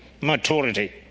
maturity